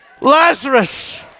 Lazarus